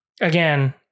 again